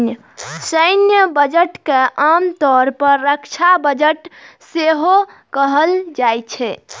सैन्य बजट के आम तौर पर रक्षा बजट सेहो कहल जाइ छै